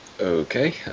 Okay